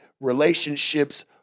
Relationships